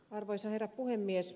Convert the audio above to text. arvoisa herra puhemies